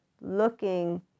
looking